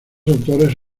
autores